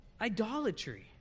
Idolatry